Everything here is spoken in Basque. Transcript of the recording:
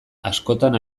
askotan